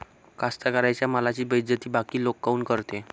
कास्तकाराइच्या मालाची बेइज्जती बाकी लोक काऊन करते?